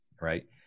Right